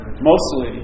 Mostly